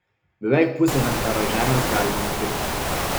beveik pusę hektaro žemės galima nupirkti